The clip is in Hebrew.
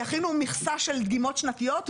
יכינו מכסה של דגימות שנתיות,